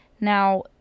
Now